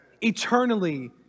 eternally